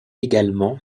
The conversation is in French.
également